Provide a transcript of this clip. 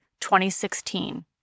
2016